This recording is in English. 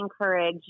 encourage